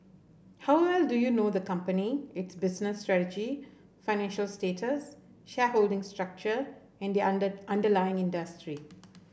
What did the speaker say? how well do you know the company its business strategy financial status shareholding structure in the under underlying industry